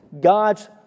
God's